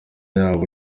yabo